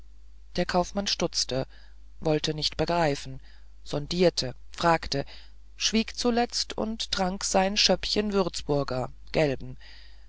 der kaufmann stutzte wollte nicht begreifen sondierte fragte schwieg zuletzt und trank sein schöppchen würzburger gelben